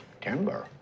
Timber